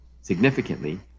significantly